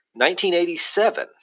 1987